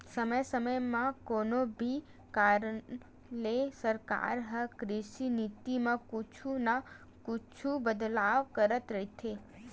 समे समे म कोनो भी कारन ले सरकार ह कृषि नीति म कुछु न कुछु बदलाव करत रहिथे